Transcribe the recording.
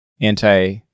anti-